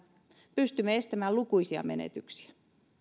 pystymme estämään lukuisia menetyksiä